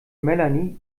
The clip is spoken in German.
melanie